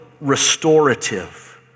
restorative